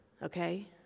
okay